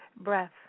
breath